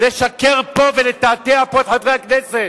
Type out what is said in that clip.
לשקר פה ולתעתע פה את חברי הכנסת.